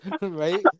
Right